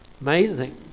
Amazing